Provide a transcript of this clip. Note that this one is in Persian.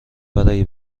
برای